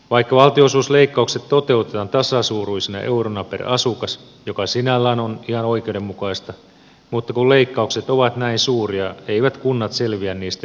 vaikka valtionosuusleikkaukset toteutetaan tasasuuruisina euroina per asukas mikä sinällään on ihan oikeudenmukaista mutta kun leikkaukset ovat näin suuria eivät kunnat selviä niistä ilman veronkorotuksia